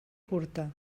curta